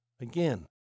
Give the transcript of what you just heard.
Again